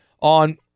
on